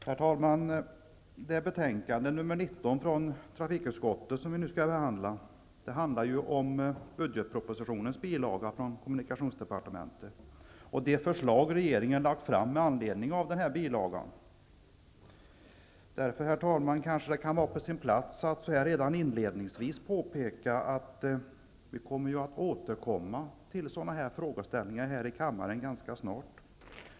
Herr talman! Trafikutskottets betänkande nr 19, som vi nu skall behandla, gäller budgetpropositionens bilaga från kommunikationsdepartementet och de förslag regeringen har framlagt med anledning av denna bilaga. Det kan därför, herr talman, vara på sin plats redan inledningsvis påpeka att vi här i kammaren återkommer till dessa frågeställningar ganska snart.